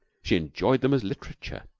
she enjoyed them as literature,